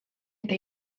eta